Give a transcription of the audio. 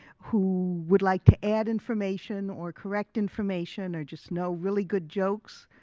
who would like to add information or correct information or just know really good jokes,